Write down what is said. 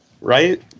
Right